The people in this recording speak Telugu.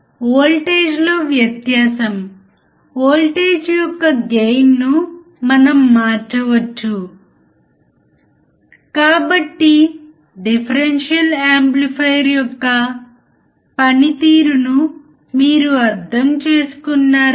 కాబట్టి అవుట్పుట్ ఇన్పుట్ వోల్టేజ్ను అనుసరిస్తుంది అవుట్పుట్ ఎటువంటి ఆంప్లిఫికేషన్ లేకుండా ఇన్పుట్ను అనుసరిస్తుంది